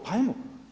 Pa hajmo!